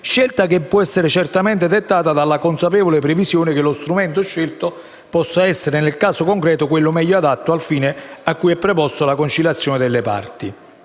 scelta che può essere certamente dettata dalla consapevole previsione che lo strumento scelto possa essere, nel caso concreto, quello meglio adatto al fine cui è preposta la conciliazione delle parti.